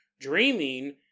dreaming